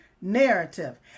narrative